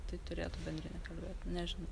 tai turėtų bendrine kalbėt nežinau